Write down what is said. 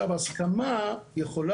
קיבלתי ארבעה קרטונים עם הציוד האישי